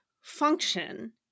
function